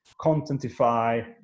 contentify